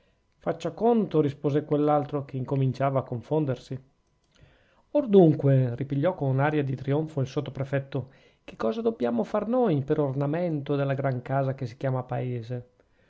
faccia conto rispose quell'altro che incominciava a confondersi or dunque ripigliò con aria di trionfo il sottoprefetto che cosa dobbiamo far noi per ornamento della gran casa che si chiama paese